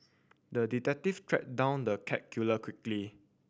the detective tracked down the cat killer quickly